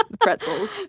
Pretzels